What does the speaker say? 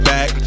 Back